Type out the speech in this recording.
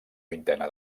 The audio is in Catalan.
vintena